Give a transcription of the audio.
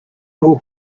all